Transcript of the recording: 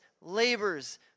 labors